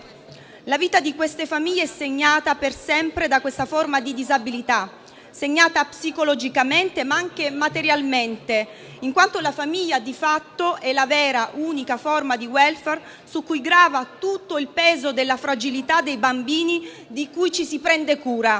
La vita di queste famiglie è segnata per sempre da questa forma di disabilità: segnata psicologicamente ma anche materialmente, in quanto la famiglia, di fatto, è la vera, unica forma di *welfare* su cui grava tutto il peso della fragilità dei bambini di cui ci si prende cura.